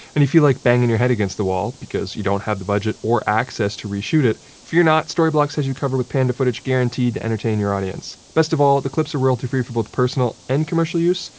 and you feel like banging your head against the wall because you don't have the budget or access to re-shoot it, fear not. storyblocks has you covered with panda footage guaranteed to entertain your audience. best of all, the clips are royalty free for both personal and commercial use,